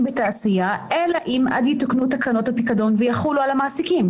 בתעשייה עד יתוקנו תקנות הפיקדון ויחולו על המעסיקים.